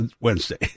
Wednesday